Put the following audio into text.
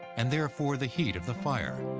and therefore the heat, of the fire.